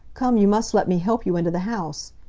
come, you must let me help you into the house.